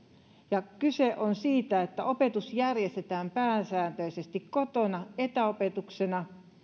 ja kyse on siitä että opetus järjestetään pääsääntöisesti kotona etäopetuksena